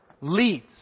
leads